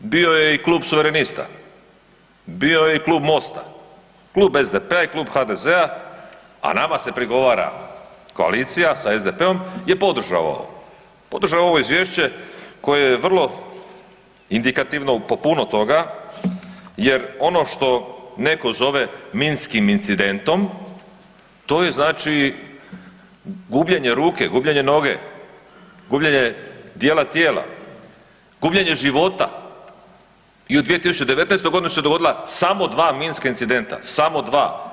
Bio je i Klub suverenista, bio je i Klub MOST-a, Klub SDP-a i Klub HDZ-a, a nama se prigovara koalicija sa SDP-om je podržao ovo Izvješće koje je vrlo indikativno po puno toga, jer ono što netko zove minskim incidentom, to je znači, gubljenje ruke, gubljenje noge, gubljenje dijela tijela, gubljenje života i u 2019. godini su se dogodila samo dva minska incidenta, samo dva.